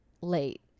late